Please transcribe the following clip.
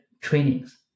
trainings